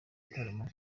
gitaramo